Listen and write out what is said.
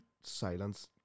silence